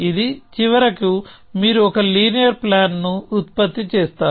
ఇది చివరికి మీరు ఒక లీనియర్ ప్లాన్ ను ఉత్పత్తి చేస్తారు